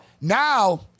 Now